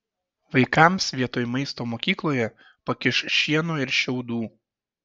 vaikams vietoj maisto mokykloje pakiši šieno ir šiaudų